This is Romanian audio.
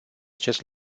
acest